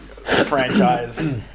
franchise